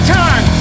time